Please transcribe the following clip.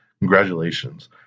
Congratulations